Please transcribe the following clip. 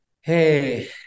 Hey